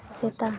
ᱥᱮᱛᱟ